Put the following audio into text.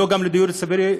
גם לא לדיור ציבורי,